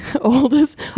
Oldest